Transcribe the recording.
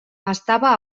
estava